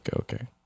okay